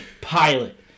pilot